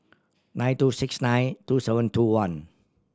nine two six nine two seven two one